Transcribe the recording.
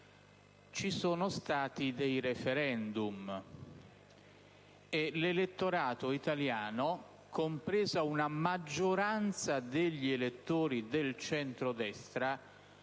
Ci sono stati dei quesiti referendari, e l'elettorato italiano, compresa una maggioranza degli elettori del centrodestra,